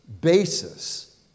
basis